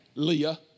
Leah